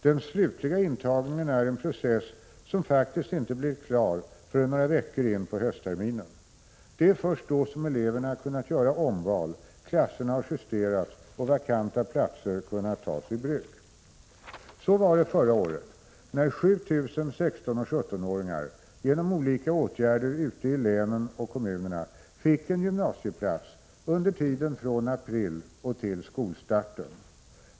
Den slutliga intagningen är en process som faktiskt inte blir klar förrän några veckor in på höstterminen. Det är först då som eleverna kunnat göra omval, klasserna har justerats och vakanta platser kunnat tas i bruk. Så var det förra året, när 7 000 ungdomar i åldern 16—17 år genom olika åtgärder ute i länen och kommunerna fick en gymnasieplats under tiden från april och till skolstarten.